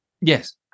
Yes